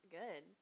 good